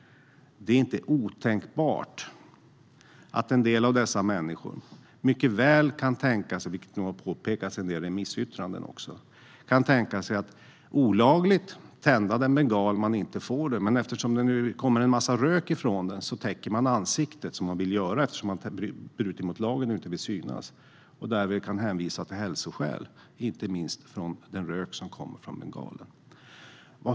Det är inte otänkbart att en del människor mycket väl kan tänka sig, vilket också har påpekats i en del remissyttranden, att olagligt tända en bengal. Men eftersom det kommer en massa rök från den täcker man ansiktet, som man vill göra eftersom man bryter mot lagen och inte vill synas, och kan därmed hänvisa till hälsoskäl.